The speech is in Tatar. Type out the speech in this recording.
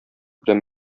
белән